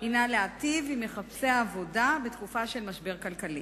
היא להיטיב עם מחפשי העבודה בתקופה של משבר כלכלי.